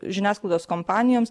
žiniasklaidos kompanijoms